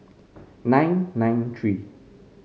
nine nine three